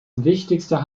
wichtigster